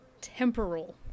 temporal